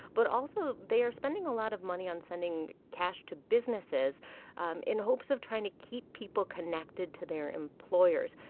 but also, they are spending a lot of money on sending cash to businesses um in hopes of trying to keep people connected to their employers.